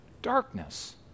darkness